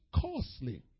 costly